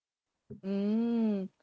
mm